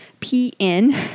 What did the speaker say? P-N